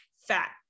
Fat